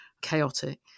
chaotic